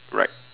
right